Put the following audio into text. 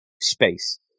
space